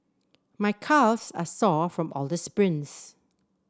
my calves are sore from all the sprints